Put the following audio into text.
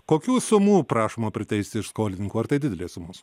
kokių sumų prašoma priteisti iš skolininkų ar tai didelės sumos